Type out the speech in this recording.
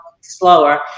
slower